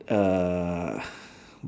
uh